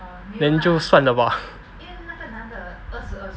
then 就算了 bah